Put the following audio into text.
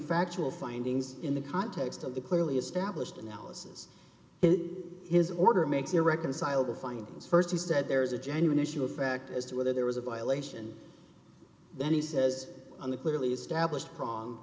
factual findings in the context of the clearly established analysis in his order makes irreconcilable findings st he said there is a genuine issue of fact as to whether there was a violation that he says on the clearly established pro